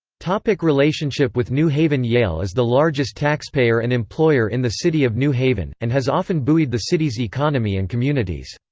like relationship with new haven yale is the largest taxpayer and employer in the city of new haven, and has often buoyed the city's economy and communities.